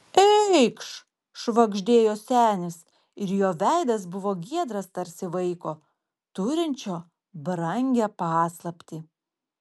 eikš švagždėjo senis ir jo veidas buvo giedras tarsi vaiko turinčio brangią paslaptį